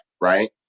right